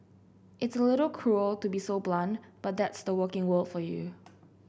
it's a little cruel to be so blunt but that's the working world for you